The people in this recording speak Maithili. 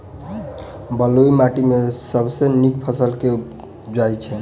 बलुई माटि मे सबसँ नीक फसल केँ उबजई छै?